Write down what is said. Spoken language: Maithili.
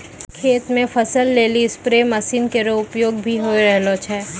खेत म फसल लेलि स्पेरे मसीन केरो उपयोग भी होय रहलो छै